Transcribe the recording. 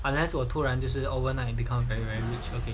unless 我突然就是 overnight and become very very rich okay